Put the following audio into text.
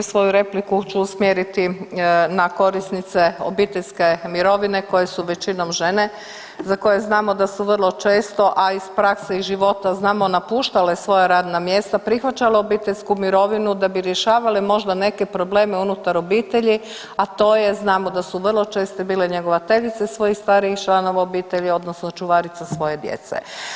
Svoju repliku ću usmjeriti na korisnice obiteljske mirovine koje su većinom žene za koje znamo da su vrlo često, a iz prakse i života znamo napuštale svoja radna mjesta i prihvaćale obiteljsku mirovinu da bi rješavale možda neke probleme unutar obitelji, a to je, znamo da su vrlo često bile i njegovateljice svojih starijih članova obitelji odnosno čuvarica svoje djece.